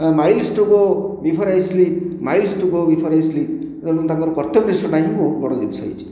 miles to go before I sleep miles to go before I sleep ତେଣୁ ତାଙ୍କର କର୍ତ୍ତବ୍ୟ ସେଇଟା ହିଁ ବଡ଼ ଜିନିଷ ହୋଇଛି